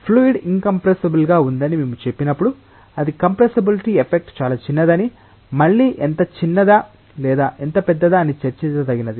fluid incompressible గా ఉందని మేము చెప్పినప్పుడు అది కంప్రెస్సబులిటి ఎఫెక్ట్ చాలా చిన్నదని మళ్ళీ ఎంత చిన్నదా లేదా ఎంత పెద్దదా అని చర్చించదగినది